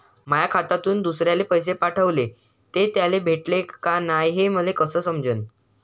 माया खात्यातून दुसऱ्याले पैसे पाठवले, ते त्याले भेटले का नाय हे मले कस समजन?